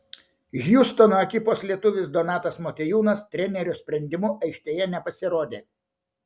hjustono ekipos lietuvis donatas motiejūnas trenerio sprendimu aikštėje nepasirodė